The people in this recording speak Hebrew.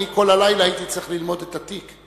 אני כל הלילה הייתי צריך ללמוד את התיק.